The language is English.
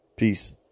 Peace